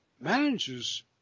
manages